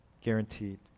guaranteed